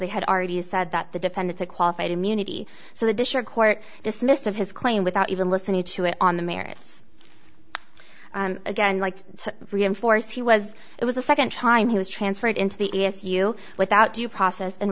they had already said that the defendants are qualified immunity so the district court dismissed of his claim without even listening to it on the merits again like to reinforce he was it was the second time he was transferred into the e s u without due process and